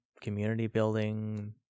community-building